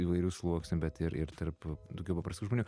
įvairių sluoksnių bet ir ir tarp daugiau paprastų žmonių